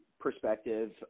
Perspective